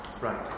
right